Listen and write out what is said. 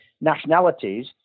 nationalities